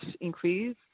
increase